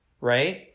right